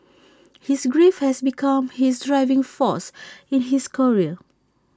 his grief has become his driving force in his career